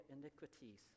iniquities